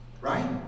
right